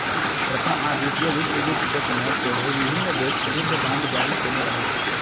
प्रथम आ द्वितीय विश्वयुद्ध के समय सेहो विभिन्न देश युद्ध बांड जारी केने रहै